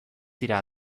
dira